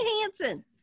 Hansen